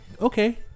Okay